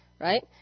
Right